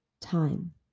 Time